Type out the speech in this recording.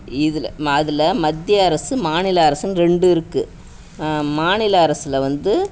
இதில் ம அதில் மத்திய அரசு மாநில அரசுனு ரெண்டு இருக்குது மாநில அரசில் வந்து